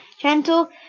gentle